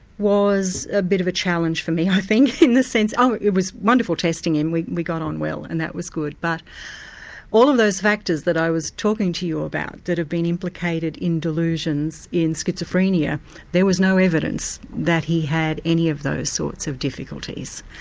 was a bit of a challenge for me i think in the sense it was wonderful testing him, we we got on well and that was good but all of those factors that i was talking to you about that have been implicated in delusions in schizophrenia there was no evidence that he had any of those sorts of difficulties.